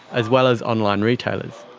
as well as online retailers.